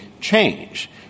change